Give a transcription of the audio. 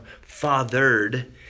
fathered